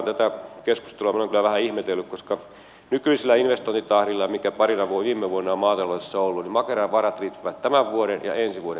tätä keskustelua minä olen kyllä vähän ihmetellyt koska nykyisellä investointitahdilla mikä parina viime vuonna on maataloudessa ollut makeran varat riittävät tämän vuoden ja ensi vuoden investointeihin